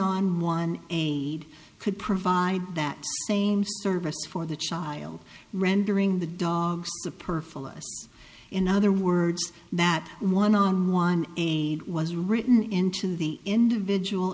one aide could provide that same service for the child rendering the dogs the per fullest in other words that one on one aid was written into the individual